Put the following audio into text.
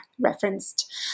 referenced